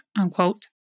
unquote